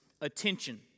attention